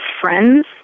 friends